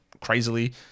crazily